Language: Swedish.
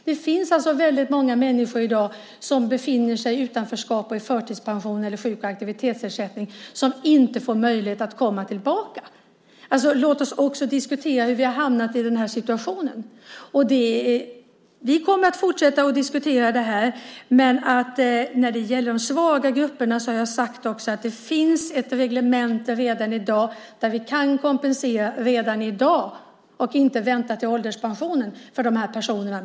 Det finns alltså i dag väldigt många människor som befinner sig i utanförskap, som är förtidspensionärer eller som har sjuk och aktivitetsersättning och som inte får möjlighet att komma tillbaka till arbetsmarknaden. Låt oss också diskutera hur vi har hamnat i den här situationen! Vi kommer att fortsätta att diskutera det här. Men när det gäller de svaga grupperna har jag också sagt att det redan finns ett reglemente, så vi kan redan i dag kompensera här i stället för att vänta till ålderspensionen för de här personerna.